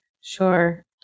Sure